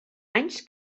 anys